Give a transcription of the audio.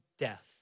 death